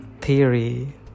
theory